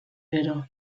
gero